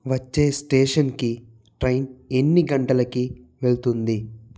వచ్చే స్టేషన్కి ట్రైన్ ఎన్ని గంటలకి వెళుతుంది